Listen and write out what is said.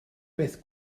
beth